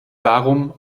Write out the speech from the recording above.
darum